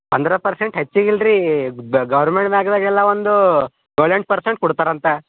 hundred percent ಹೆಚ್ಚಿಗೆ ಇಲ್ರೀ government ಬ್ಯಾಂಕನಾಗೆಲ್ಲ ಒಂದು ಏಳು ಎಂಟು ಪರ್ಸೆಂಟ್ ಕೊಡ್ತಾರೆ ಅಂತ